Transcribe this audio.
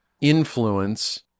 influence